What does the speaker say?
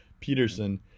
Peterson